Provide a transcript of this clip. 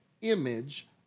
image